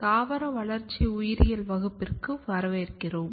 தாவர வளர்ச்சி உயிரியல் வகுப்பிற்கு வரவேற்கிறோம்